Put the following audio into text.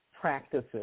practices